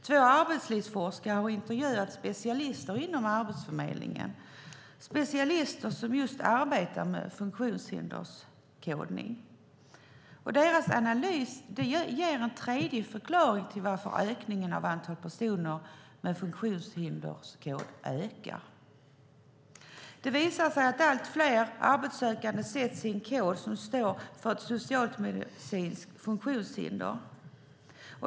Två arbetslivsforskare har intervjuat specialister inom Arbetsförmedlingen, specialister som just arbetar med funktionshinderskodning. Deras analys ger en tredje förklaring till varför antalet personer med funktionshinderskod ökar. Det visar sig att allt fler arbetssökande får en kod som står för ett socialmedicinskt funktionshinder.